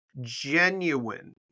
genuine